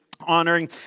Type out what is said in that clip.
honoring